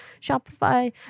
Shopify